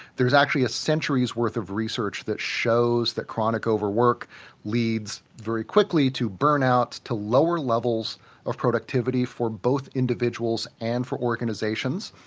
there's actually a century's worth of research that shows that chronic overwork leads very quickly to burnout, to lower levels of productivity for both individuals and for organizations,